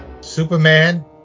Superman